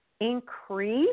increase